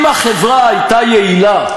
אם החברה הייתה יעילה,